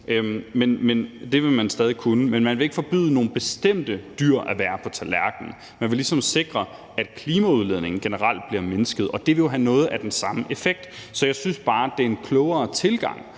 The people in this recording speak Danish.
Det vil man stadig væk kunne, men man vil ikke forbyde kød fra nogle bestemte dyr på tallerkenen. Man vil ligesom sikre, at klimaudledningen generelt bliver mindsket, og det vil jo have noget af den samme effekt. Så jeg synes bare, det er en klogere tilgang.